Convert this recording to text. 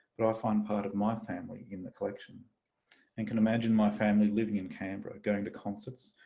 but i find part of my family in the collection and can imagine my family living in canberra going to concerts,